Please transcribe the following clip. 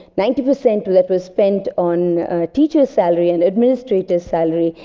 ninety percent of it was spent on teachers' salary and administrators' salary.